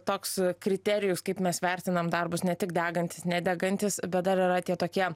toks kriterijus kaip mes vertinam darbus ne tik degantys nedegantys bet dar yra tie tokie